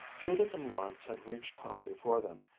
judith and lawrence had reached home before them,